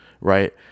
right